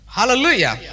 Hallelujah